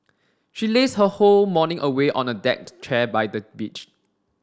she lazed her whole morning away on a deck chair by the beach